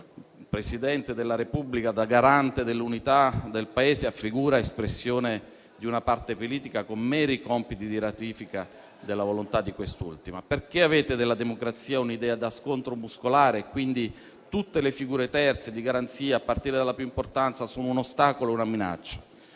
del Presidente della Repubblica da garante dell'unità del Paese a figura espressione di una parte politica con meri compiti di ratifica della volontà di quest'ultima? Perché avete della democrazia un'idea da scontro muscolare e quindi tutte le figure terze di garanzia, a partire dalla più importante, sono un ostacolo o una minaccia.